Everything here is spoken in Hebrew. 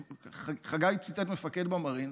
חגי ציטט מפקד במארינס,